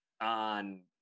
on